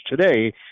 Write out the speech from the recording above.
today